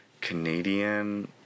Canadian